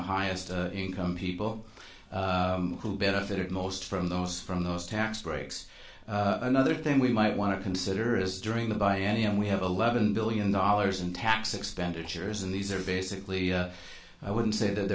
the highest income people who benefited most from those from those tax breaks another thing we might want to consider is during the bayani and we have eleven billion dollars in tax expenditures and these are basically i wouldn't say that